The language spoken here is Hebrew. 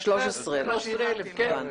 13,000. הבנתי.